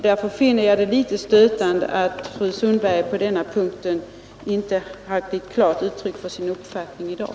Därför finner jag det litet stötande att fru Sundberg på denna punkt inte givit klart uttryck för sin uppfattning i dag.